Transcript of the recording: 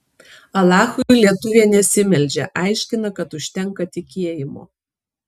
alachui lietuvė nesimeldžia aiškina kad užtenka tikėjimo